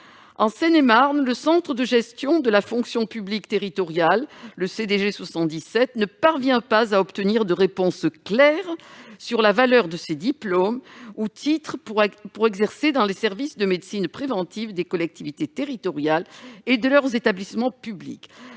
En Seine-et-Marne, le centre de gestion de la fonction publique territoriale (CDG77) ne parvient pas à obtenir de réponse claire sur la valeur de ces diplômes ou de ces titres pour exercer dans les services de médecine préventive des collectivités territoriales et de leurs établissements publics.